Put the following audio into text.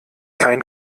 kein